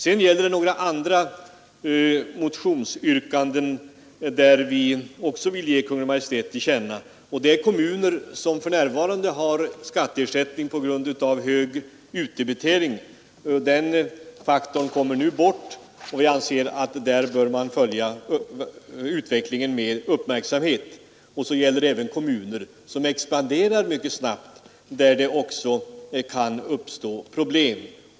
Sedan finns det några andra motionsyrkanden, där vi också vill ge Kungl. Maj:t till känna våra synpunkter. Det gäller kommuner som för närvarande har skatteersättning på grund av hög utdebitering enligt herr Högströms m.fl. motion. Den faktorn försvinner nu. Vi anser att utvecklingen med uppmärksamhet bör följas. Vidare gäller det kommuner som expanderar mycket snabbt, där det också kan uppstå problem.